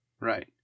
Right